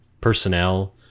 personnel